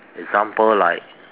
example like